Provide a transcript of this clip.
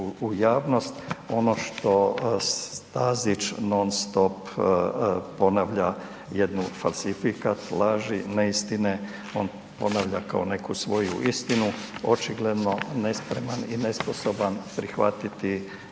u javnost. Ono što Stazić non stop ponavlja jednu falsifikat laži, neistine, on ponavlja kao neku svoju istinu očigledno nespreman i nesposoban prihvatiti